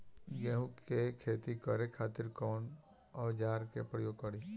गेहूं के खेती करे खातिर कवन औजार के प्रयोग करी?